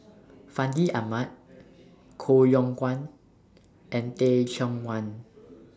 Fandi Ahmad Koh Yong Guan and Teh Cheang Wan